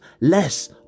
less